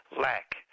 lack